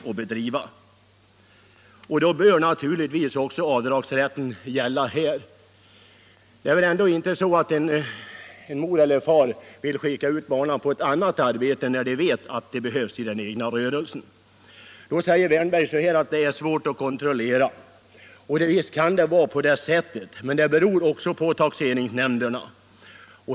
Då bör naturligtvis faktisk sambeskattockså avdragsrätten för deras insats gälla här. Det är väl ändå inte så att — ning en mor eller en far vill skicka ut barnen på ett annat arbete när man vet att barnen behövs i den egna rörelsen. Då säger herr Wärnberg att det är svårt att kontrollera. Visst kan det vara det, men det beror också på taxeringsnämnderna.